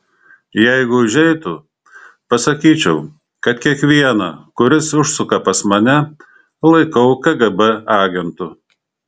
jeigu užeitų pasakyčiau kad kiekvieną kuris užsuka pas mane laikau kgb agentu